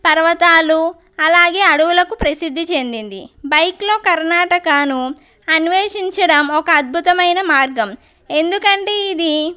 పర్వతాలు అలాగే అడవులకు ప్రసిద్ధి చెందింది బైకులో కర్ణాటకాను అన్వేషించడం ఒక అద్భుతమైన మార్గం ఎందుకంటే ఇది